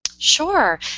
Sure